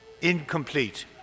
incomplete